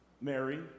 Mary